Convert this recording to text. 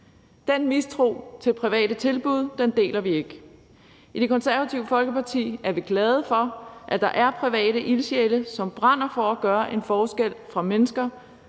Den mistro til private tilbud deler vi ikke. I Det Konservative Folkeparti er vi glade for, at der er private ildsjæle, som brænder for at gøre en forskel for mennesker,